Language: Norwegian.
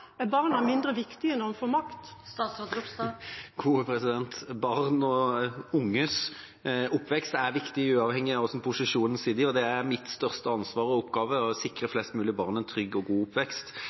Er barna mindre viktig når en får makt? Barn og unges oppvekst er viktig uavhengig av hvilken posisjon en sitter i. Det er mitt største ansvar og min oppgave å sikre flest mulig barn en mest mulig trygg og god oppvekst.